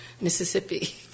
Mississippi